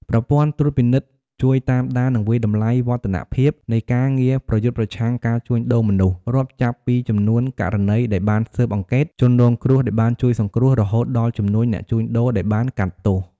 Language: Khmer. ប្រព័ន្ធត្រួតពិនិត្យ ជួយតាមដាន និងវាយតម្លៃវឌ្ឍនភាពនៃការងារប្រយុទ្ធប្រឆាំងការជួញដូរមនុស្ស រាប់ចាប់ពីចំនួនករណីដែលបានស៊ើបអង្កេត ជនរងគ្រោះដែលបានជួយសង្គ្រោះ រហូតដល់ចំនួនអ្នកជួញដូរដែលបានកាត់ទោស។